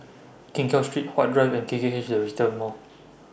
Keng Cheow Street Huat Drive and K K H The Retail Mall